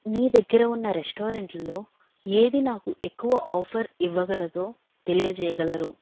మీ దగ్గర ఉన్న రెస్టారెంట్లో ఏది నాకు ఎక్కువ ఆఫర్ ఇవ్వగలదో తెలియజేయగలరు